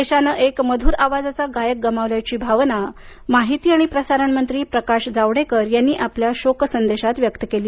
देशानं एक मधुर आवाजाचा गायक गमावल्याची भावना माहिती आणि प्रसारण मंत्री प्रकाश जावडेकर यांनी आपल्या शोकसंदेशात व्यक्त केली